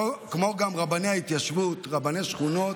כמו גם של רבני ההתיישבות ורבני שכונות,